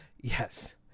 Yes